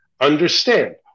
Understand